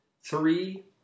Three